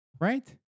right